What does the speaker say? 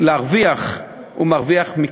וכשמרוויחים מרוויחים מכספנו,